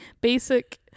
basic